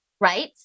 right